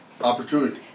opportunity